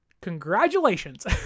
congratulations